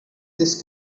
this